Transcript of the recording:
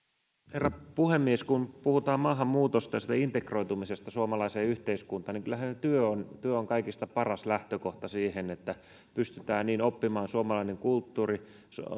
herra puhemies kun puhutaan maahanmuutosta ja integroitumisesta suomalaiseen yhteiskuntaan niin kyllähän työ on työ on kaikista paras lähtökohta siihen että pystytään oppimaan suomalainen kulttuuri